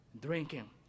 drinking